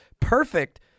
Perfect